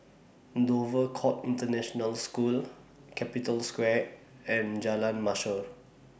Dover Court International School Capital Square and Jalan Mashor